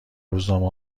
روزنامه